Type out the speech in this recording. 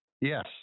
Yes